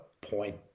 point